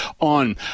on